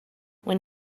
when